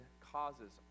causes